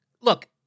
look